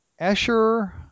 Escher